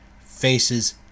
faces